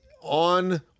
on